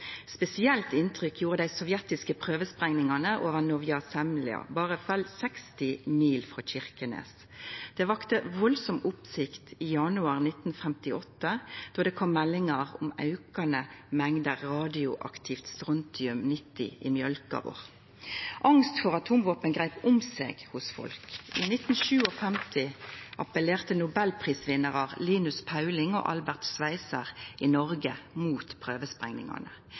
Spesielt inntrykk gjorde dei sovjetiske prøvesprengingane over Novaja Semlja, berre vel 60 mil frå Kirkenes. Det vekte veldig oppsikt i januar 1958 då det kom meldingar om aukande mengder radioaktivt strontium-90 i mjølka vår. Angst for atomvåpen greip om seg hos folk. I 1957 appellerte nobelprisvinnarane Linus Pauling og Albert Schweizer i Noreg mot prøvesprengingane.